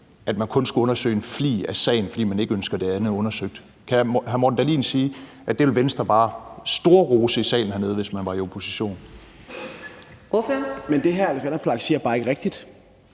at man kun skulle undersøge en flig af sagen, fordi man ikke ønskede det andet undersøgt. Kan hr. Morten Dahlin sige, at det ville Venstre bare storrose i salen hernede, hvis man var i opposition? Kl. 18:31 Fjerde næstformand (Karina